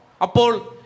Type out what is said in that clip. Apol